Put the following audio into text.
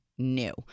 new